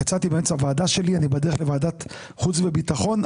יצאתי באמצע הוועדה שלי ואני בדרכי לוועדת החוץ והביטחון,